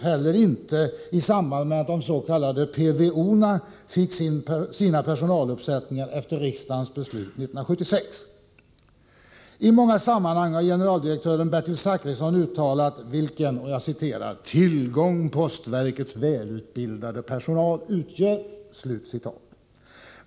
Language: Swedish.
heller inte i samband med att postområdena fick sina personaluppsättningar efter riksdagens beslut 1976. I många sammanhang har generaldirektör Bertil Zachrisson uttalat vilken ”tillgång postverkets välutbildade personal utgör”.